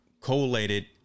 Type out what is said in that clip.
collated